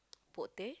Pok-Teh